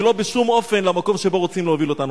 ולא בשום אופן במקום שאליו רוצים להוביל אותנו.